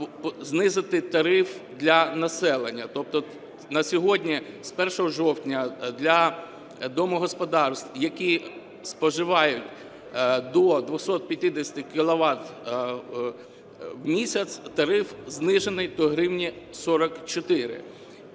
знизити тариф для населення. Тобто на сьогодні з 1 жовтня для домогосподарств, які споживають до 250 кіловат в місяць тариф знижений до 1 гривні 44,